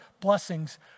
blessings